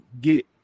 get